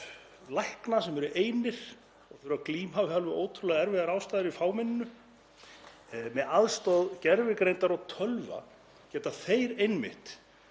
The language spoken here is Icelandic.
lækna sem eru einir og þurfa að glíma við ótrúlega erfiðar aðstæður í fámenninu. Með aðstoð gervigreindar og tölva geta þeir einmitt